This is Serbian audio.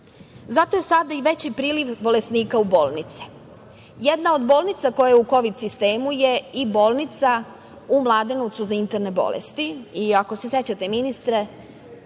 je sada i veći priliv bolesnika u bolnici. Jedna od bolnica koja je u kovid sistemu je i bolnica u Mladenovcu za interne bolesti i ako se sećate ministre,